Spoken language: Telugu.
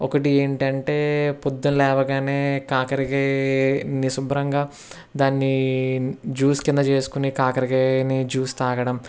ఒకటి ఏంటంటే పొద్దున లేవగానే కాకరకాయని శుభ్రంగా దాన్ని జ్యూస్ కింద చేసుకుని కాకరకాయ జ్యూస్ తాగడం